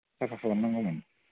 साफा खालाम नांगौमोन